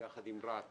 יחד עם רהט